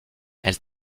elle